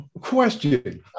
question